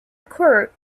occur